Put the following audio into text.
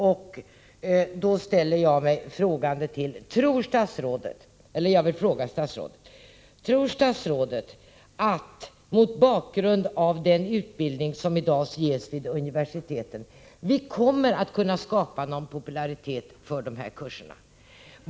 Jag vill då fråga statsrådet: Tror statsrådet att vi kommer att kunna skapa någon popularitet för de här kurserna mot bakgrund av den utbildning som i dag ges vid universiteten?